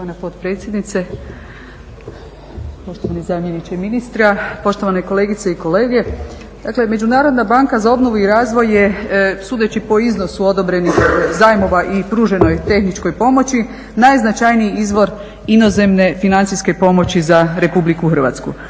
Hvala i vama